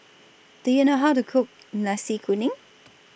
Do YOU know How to Cook Nasi Kuning